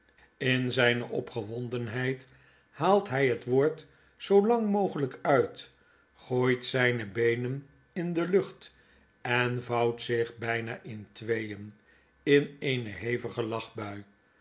in zyne opgewondenheid haalt hy het woord zoo lang mogelijk uit gooit zyne beenen in de lucht en vouwt zich by'na in tweeen in eene hevige lachtbui